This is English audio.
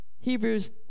Hebrews